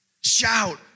shout